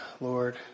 Lord